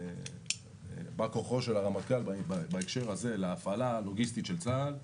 בא כוחו של הרמטכ"ל בהקשר הזה להפעלה הלוגיסטית של צה"ל,